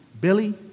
Billy